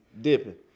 Dipping